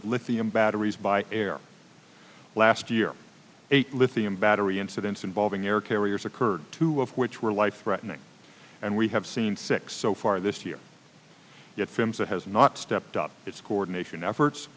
lithium batteries by air last year a lithium battery incidents involving air carriers occurred two of which were life threatening and we have seen six so far this year yet films that has not stepped up its coordination efforts